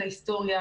ההיסטוריה,